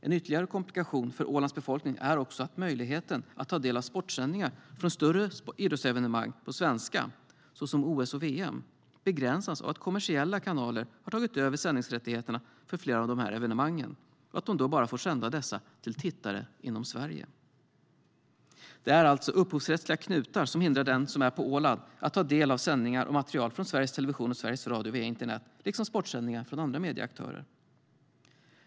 En ytterligare komplikation för Ålands befolkning är att möjligheten att ta del av sportsändningar från större idrottsevenemang på svenska, som OS och VM, begränsas av att kommersiella kanaler har tagit över sändningsrättigheterna för flera av dessa evenemang och att de då bara får sända dessa till tittare i Sverige.Det är alltså upphovsrättsliga knutar som hindrar den som är på Åland från att ta del av sändningar och material från Sveriges Television och Sveriges Radio via internet liksom sportsändningar från andra medieaktörer.